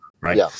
right